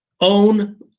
Own